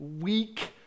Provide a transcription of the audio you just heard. weak